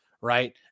right